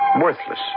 Worthless